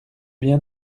bien